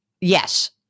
Yes